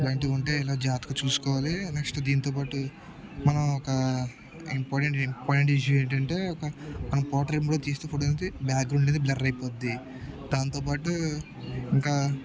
అలాంటివి ఉంటే ఇలా జతగా చూసుకోవాలి నెక్స్ట్ దీంతోపాటు మనం ఒక ఇంపార్టెంట్ ఇంపార్టెంట్ ఇష్యూ ఏంటంటే ఒక మనం పోట్రేట్ కూడా తీస్తు ఫోటో అనేది బ్యాక్గ్రౌండ్ అనేది బ్లర్ అయిపోద్ది దాంతోపాటు ఇంకా